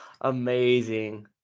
Amazing